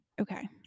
Okay